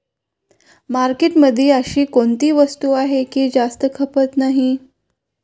मार्केटमध्ये अशी कोणती वस्तू आहे की जास्त खपत नाही?